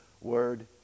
word